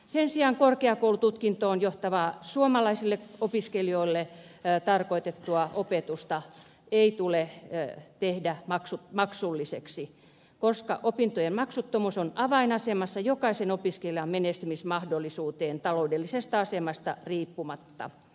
sen sijaan korkeakoulututkintoon johtavaa suomalaisille opiskelijoille tarkoitettua opetusta ei tule tehdä maksulliseksi koska opintojen maksuttomuus on avainasemassa jokaisen opiskelijan menestymismahdollisuuden kannalta taloudellisesta asemasta riippumatta